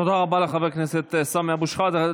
תודה רבה לחבר הכנסת סמי אבו שחאדה.